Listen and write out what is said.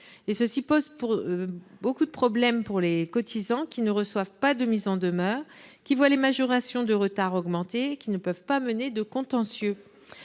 Cela pose des problèmes aux cotisants, qui ne reçoivent pas de mise en demeure, qui voient les majorations de retard augmenter et qui ne peuvent engager de contentieux.